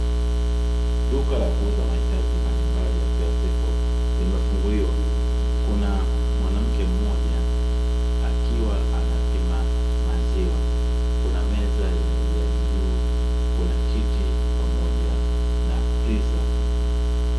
Duka la kuuza mahitaji mbalimbali ya kila siku limefunguliwa. Kuna mwanamke mmoja akiwa anapima maziwa. Kuna meza yenye jagi juu, kuna kiti pamoja na friza.